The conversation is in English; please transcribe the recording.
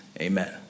amen